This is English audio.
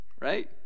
right